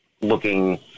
looking